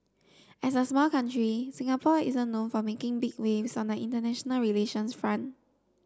as a small country Singapore isn't known for making big waves on the international relations front